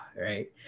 right